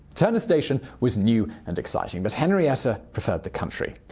turner station was new and exciting but henrietta preferred the country.